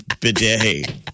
bidet